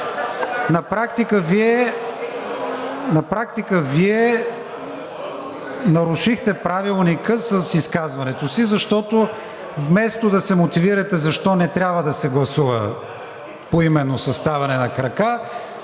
на практика Вие нарушихте Правилника с изказването си, защото вместо да се мотивирате защо не трябва да се гласува поименно със ставане на крака,